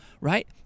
right